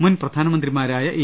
മുൻ പ്രധാനമന്ത്രിമാരായ എ